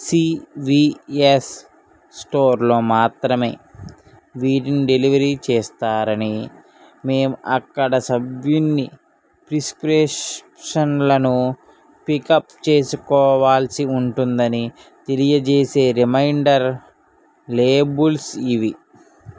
CVS స్టోర్లో మాత్రమే వీటిని డెలివరీ చేస్తారని మేము అక్కడ సభ్యుని ప్రిస్క్రిప్షన్లను పికప్ చేసుకోవాల్సి ఉంటుందని తెలియజేసే రిమైండర్ లేబుల్స్ ఇవి